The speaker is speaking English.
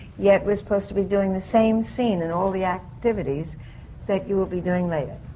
yet we're supposed to be doing the same scene and all the activities that you will be doing later.